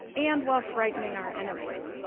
and while frightening our enemies.